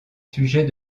sujets